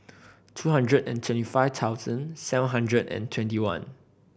two hundred and twenty five thousand seven hundred and twenty one